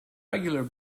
regular